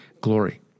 glory